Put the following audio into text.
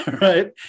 Right